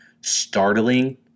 startling